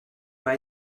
pas